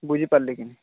ବୁଝିପାରିଲେ କି